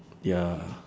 ya